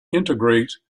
integrate